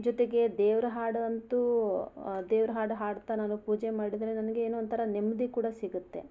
ಜೊತೆಗೆ ದೇವರ ಹಾಡು ಅಂತೂ ದೇವರ ಹಾಡು ಹಾಡ್ತಾ ನಾನು ಪೂಜೆ ಮಾಡಿದರೆ ನನಗೆ ಏನೋ ಒಂಥರ ನೆಮ್ಮದಿ ಕೂಡ ಸಿಗತ್ತೆ